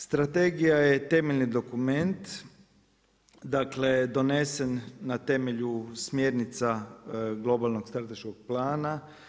Strategija je temeljni dokument donesen na temelju smjernica globalnog strateškog plana.